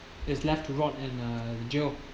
is left to rot in a jail